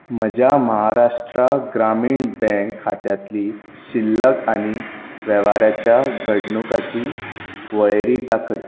म्हज्या महाराष्ट्र ग्रामीण बँक खात्यांतली शिल्लक आनी वेव्हाराच्या घडणुकांची वळेरी दाखय